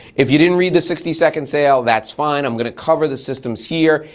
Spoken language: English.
if you didn't read the sixty second sale, that's fine. i'm gonna cover the systems here.